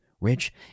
rich